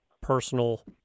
personal